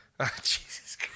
Jesus